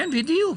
כן, בדיוק.